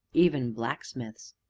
even blacksmiths!